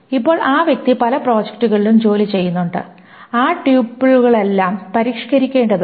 ഇപ്പോൾ ആ വ്യക്തി പല പ്രോജക്ടുകളിലും ജോലി ചെയ്യുന്നുണ്ട് ആ ട്യൂപ്പുകളെല്ലാം പരിഷ്ക്കരിക്കേണ്ടതുണ്ട്